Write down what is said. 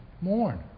mourn